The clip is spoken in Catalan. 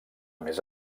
més